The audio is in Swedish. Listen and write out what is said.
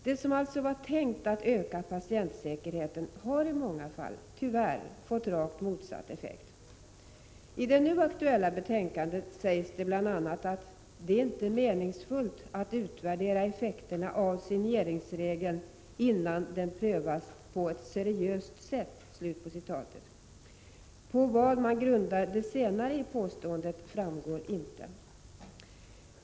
Det som alltså var tänkt att öka patientsäkerheten har i många fall, tyvärr, fått rakt motsatt effekt. I det nu aktuella betänkandet sägs bl.a.: ”Det är inte meningsfullt att utvärdera effekterna av signeringsregeln innan den prövats på ett seriöst sätt.” Varpå man grundar det senare i påståendet framgår inte.